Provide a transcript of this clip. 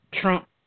Trump